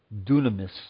dunamis